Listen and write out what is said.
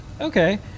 Okay